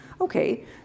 Okay